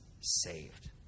saved